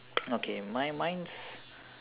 okay my mine's